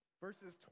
verses